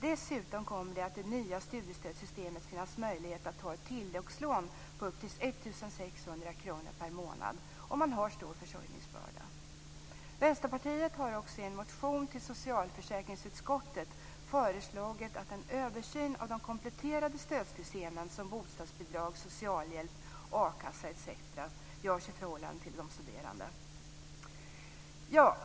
Dessutom kommer det att i det nya studiestödssystemet finnas möjlighet att ta ett tilläggslån på upp till 1 600 kr per månad om man har stor försörjningsbörda. Vänsterpartiet har också i en motion till socialförsäkringsutskottet föreslagit att en översyn av de kompletterande stödsystemen, som bostadsbidrag, socialhjälp och a-kassa etc., görs i förhållande till de studerande.